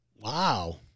Wow